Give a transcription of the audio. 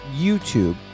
YouTube